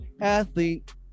athlete